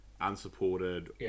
unsupported